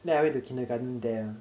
then I went to kindergarten there ah